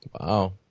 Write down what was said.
wow